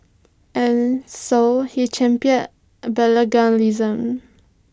and so he championed bilingualism